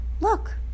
Look